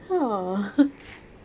oh